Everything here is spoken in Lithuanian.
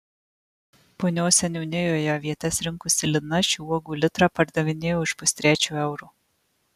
punios seniūnijoje avietes rinkusi lina šių uogų litrą pardavinėjo už pustrečio euro